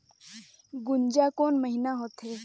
गुनजा कोन महीना होथे?